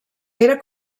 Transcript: era